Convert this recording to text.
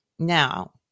now